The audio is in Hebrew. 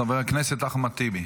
חבר הכנסת אחמד טיבי,